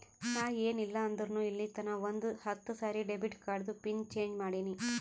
ನಾ ಏನ್ ಇಲ್ಲ ಅಂದುರ್ನು ಇಲ್ಲಿತನಾ ಒಂದ್ ಹತ್ತ ಸರಿ ಡೆಬಿಟ್ ಕಾರ್ಡ್ದು ಪಿನ್ ಚೇಂಜ್ ಮಾಡಿನಿ